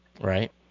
Right